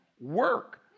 work